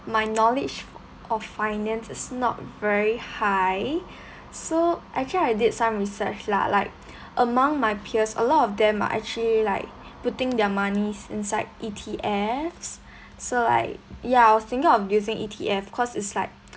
my knowledge of finance is not very high so actually I did some research lah like among my peers a lot of them are actually like putting their money inside E_T_F so like ya I was thinking of using E_T_F cause it's like